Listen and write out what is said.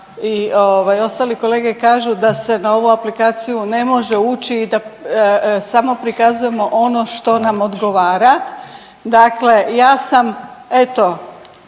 i ostali kolege kažu da se na ovu aplikaciju ne može ući i da samo prikazujemo ono što nam odgovara. Dakle, ja sam eto